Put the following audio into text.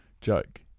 joke